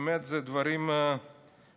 באמת, אלה דברים מדהימים.